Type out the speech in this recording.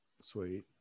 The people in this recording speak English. sweet